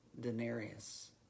denarius